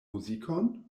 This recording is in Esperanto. muzikon